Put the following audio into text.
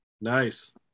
Nice